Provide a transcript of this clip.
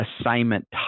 assignment